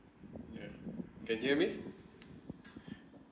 ya can hear me